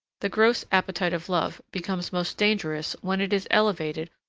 the gross appetite of love becomes most dangerous when it is elevated,